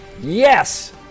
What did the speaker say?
Yes